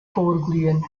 vorglühen